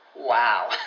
Wow